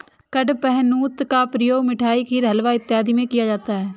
कडपहनुत का उपयोग मिठाइयों खीर हलवा इत्यादि में किया जाता है